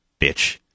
Bitch